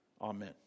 Amen